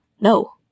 no